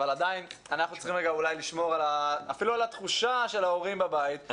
אבל עדיין אנחנו צריכים לשמור אפילו על התחושה של ההורים בבית,